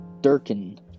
Durkin